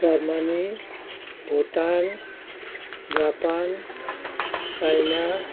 Germany Bhutan Japan China